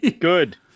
Good